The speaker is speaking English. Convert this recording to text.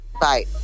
Bye